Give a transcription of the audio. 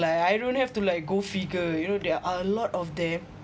like I don't have to like go figure you know there are a lot of them